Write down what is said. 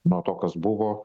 nuo to kas buvo